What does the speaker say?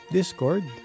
Discord